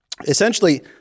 essentially